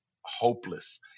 hopeless